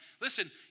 Listen